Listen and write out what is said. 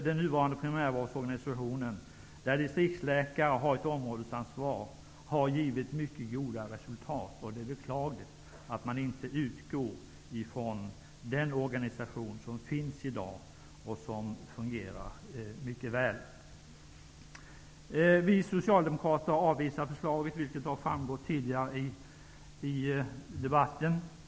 Den nuvarande primärvårdsorganisationen, där distriktsläkare har ett områdesansvar, har gett mycket goda resultat, och det är beklagligt att man inte utgår från den organisation som finns i dag och som fungerar mycket väl. Vi socialdemokrater avvisar förslaget, vilket har framgått tidigare i debatten.